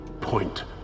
point